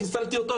חיסלתי אותו,